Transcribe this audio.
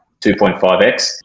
2.5x